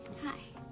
hi.